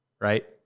right